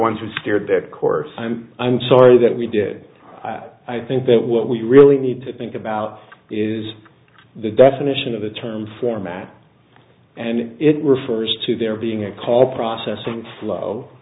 ones who steered the course i'm i'm sorry that we did i think that what we really need to think about is the definition of the term format and it refers to there being a call processing flow